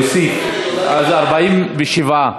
לא עובדת לי ההצבעה.